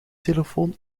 telefoon